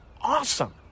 awesome